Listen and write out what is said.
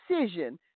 decision